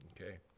okay